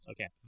Okay